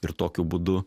ir tokiu būdu